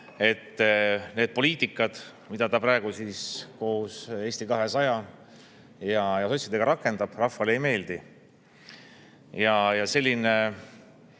et need poliitikad, mida ta praegu koos Eesti 200 ja sotsidega rakendab, rahvale ei meeldi. Selline